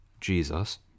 jesus